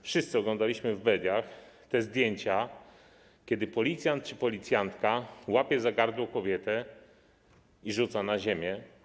Wszyscy oglądaliśmy w mediach te zdjęcia, kiedy policjant czy policjanta łapie za gardło kobietę i rzuca na ziemię.